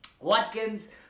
Watkins